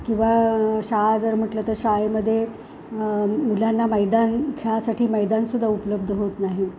किंवा शाळा जर म्हटलं तर शाळेमध्ये मुलांना मैदान खेळासाठी मैदानसुद्धा उपलब्ध होत नाही